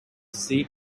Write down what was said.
see